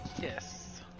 Yes